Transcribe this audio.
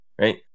right